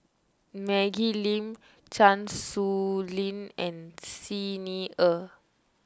Maggie Lim Chan Sow Lin and Xi Ni Er